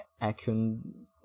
action